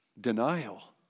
denial